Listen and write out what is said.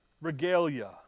regalia